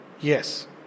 Yes